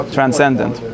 Transcendent